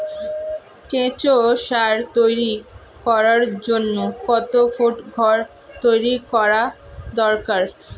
কেঁচো সার তৈরি করার জন্য কত ফুট ঘর তৈরি করা দরকার?